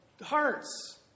hearts